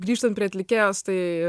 grįžtant prie atlikėjos tai